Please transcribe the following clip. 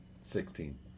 Sixteen